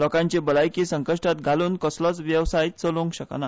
लोकांची भलायकी संकश्टांत घालून कसलोच वेवसाय चलूंक शकना